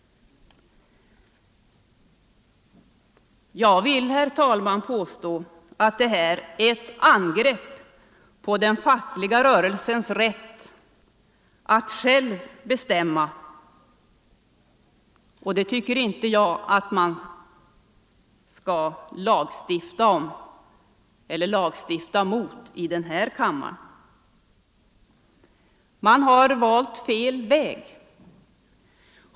Jag vill, herr talman, påstå att det här är ett angrepp på den fackliga rörelsens rätt att själv bestämma, och jag tycker inte att man skall lagstifta om eller lagstifta bort den i den här kammaren. Man har valt fel väg.